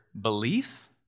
belief